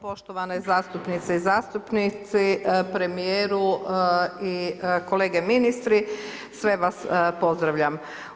Poštovane zastupnice i zastupnici, premijeru i kolege ministri, sve vas pozdravljam.